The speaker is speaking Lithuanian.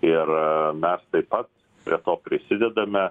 ir mes taip pat prie to prisidedame